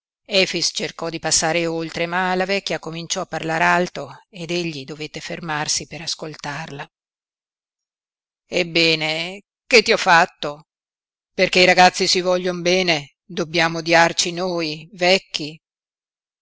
cercò di passare oltre ma la vecchia cominciò a parlar alto ed egli dovette fermarsi per ascoltarla ebbene che ti ho fatto perché i ragazzi si voglion bene dobbiamo odiarci noi vecchi